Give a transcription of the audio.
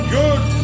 good